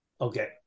Okay